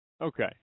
okay